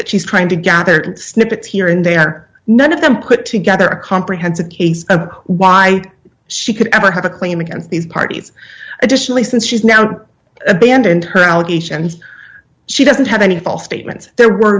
that she's trying to gather snippets here and there none of them put together a comprehensive case of why she could ever have a claim against these parties additionally since she's now abandoned her allegations she doesn't have any false statements there were